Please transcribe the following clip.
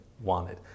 wanted